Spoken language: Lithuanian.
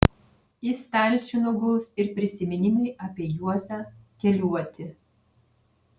į stalčių nuguls ir prisiminimai apie juozą keliuotį